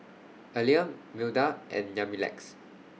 Aleah Milda and Yamilex